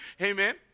Amen